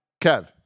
Kev